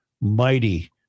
mighty